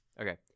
Okay